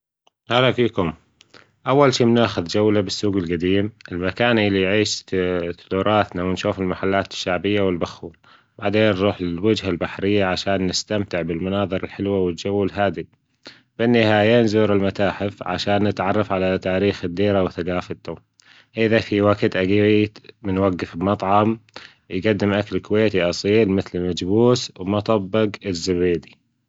هلا فيكم أول شئ بناخد جولة بالسوج ألجديم ألمكان أللي عيشت توراثنا ونشوف ألمحلات ألشعبية وألبخوبعدين نروح الوجهه البحرية علشان نستمتع بالمناظر ألحلوة والجو ألهادئ فى النهاية نزور ألمتاحف علشان نتعرف علي تاريخ ألديرة